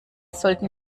sollten